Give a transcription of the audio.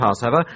Passover